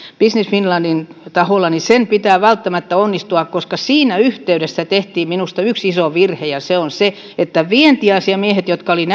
business finlandin taholla pitää välttämättä onnistua siinä yhteydessä tehtiin minusta yksi iso virhe ja se on se että näiden vientiasiamiesten jotka olivat